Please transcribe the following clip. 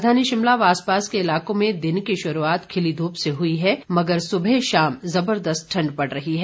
राजधानी शिमला व आसपास के इलाकों में दिन की शुरूआत खिली धूप से हुई है मगर सुबह शाम जबरदस्त ठंड पड़ रही है